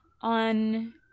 on